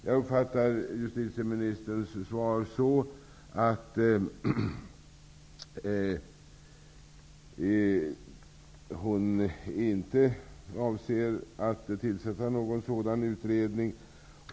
Jag uppfattar justitieministerns svar så, att justitieministern inte avser att tillsätta någon sådan utredning.